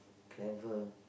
clever